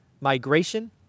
migration